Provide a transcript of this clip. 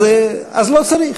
אז לא צריך,